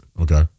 Okay